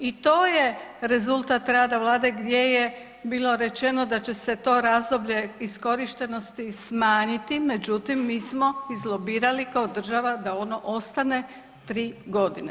I to je rezultat rada Vlade gdje je bilo rečeno da će se to razdoblje iskorištenosti smanjiti, međutim mi smo izlobirali kao država da ono ostane tri godine.